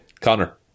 Connor